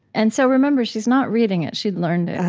and so remember, she's not reading it. she'd learned it